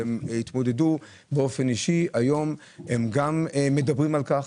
להתמודד באופן אישי אבל היום הם גם מדברים על כך,